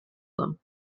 them